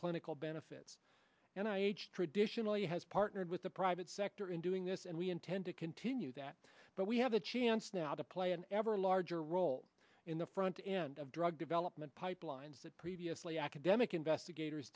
clinical benefits and i traditionally has partnered with the private sector in doing this and we intend to continue that but we have a chance now to play an ever larger role in the front end of drug development pipelines that previously academic investigators